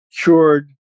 cured